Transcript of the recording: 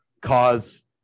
cause